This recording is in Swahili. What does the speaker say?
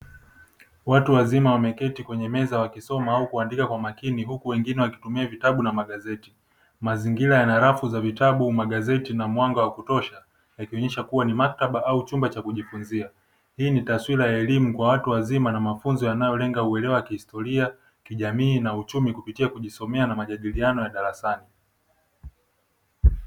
Watu wazima wameketi kwenye meza wakisoma au kuandika kwa makini huku wengine wakitumia vitabu na magazeti, mazingira yana rafu za vitabu, magazeti na mwanga wa kutosha yakionesha kuwa ni maktaba au chumba cha kujifunzia, hii ni taswira ya elimu kwa watu wazima na mafunzo yanayolenga uelewa wa kihistoria, kijamii na kiuchumi kupitia kujisomea na majadiliano ya darasani.